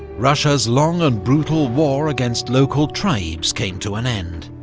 russia's long and brutal war against local tribes came to an end,